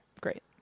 great